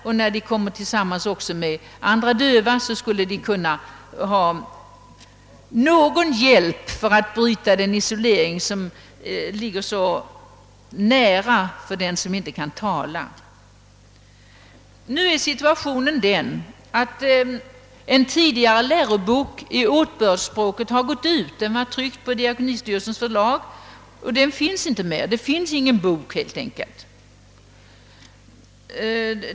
Också tillsammans med andra döva behöver de någon hjälp att bryta den isolering som så lätt drab bar dem som inte kan samtala med andra människor. Nu är situationen den, att upplagan av tidigare lärobok i åtbördsspråket har utgått — den var tryckt på Diakonistyrelsens förlag. Nu finns det alltså inte längre någon sådan bok.